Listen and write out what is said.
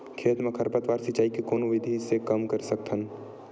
खेत म खरपतवार सिंचाई के कोन विधि से कम कर सकथन?